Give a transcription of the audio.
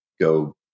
go